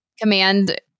command